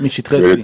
משטחי C. ששש.